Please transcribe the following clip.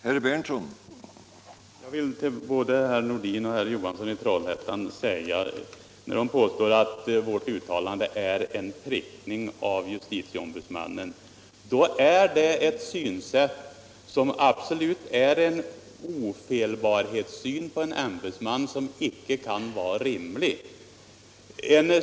Herr talman! När herr Nordin och herr Johansson i Trollhättan påstår att vårt uttalande är en prickning av justitieombudsmannen vill jag säga till dem att detta innebär att de på en ämbetsman har en ofelbarhetssyn som absolut inte kan vara rimlig.